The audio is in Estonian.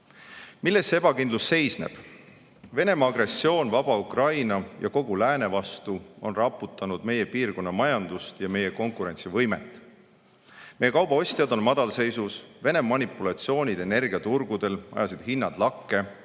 Milles see ebakindlus seisneb? Venemaa agressioon vaba Ukraina ja kogu lääne vastu on raputanud meie piirkonna majandust ja meie konkurentsivõimet. Meie kauba ostjad on madalseisus. Vene manipulatsioonid energiaturgudel ajasid hinnad lakke